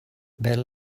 better